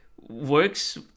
works